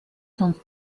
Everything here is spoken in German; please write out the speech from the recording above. sonst